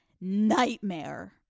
nightmare